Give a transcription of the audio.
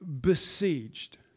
besieged